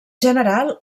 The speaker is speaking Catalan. general